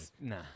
Nah